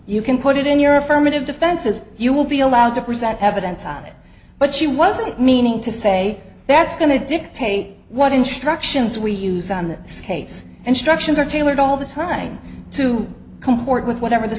you can put it in your affirmative defenses you will be allowed to present evidence on it but she wasn't meaning to say that's going to dictate what instructions we use on this case and structures are tailored all the time to comport with whatever the